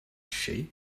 she